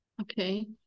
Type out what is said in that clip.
Okay